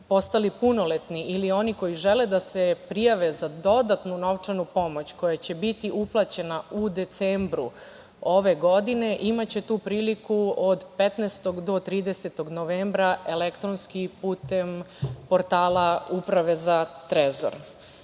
postali punoletni ili oni koji žele da se prijave za dodatnu novčanu pomoć, koja će biti uplaćena u decembru ove godine, imaće tu priliku od 15. do 30. novembra elektronski putem portala Uprave za Trezor. Koliko